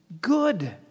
good